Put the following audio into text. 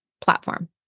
platform